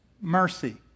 mercy